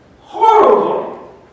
Horrible